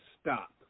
stop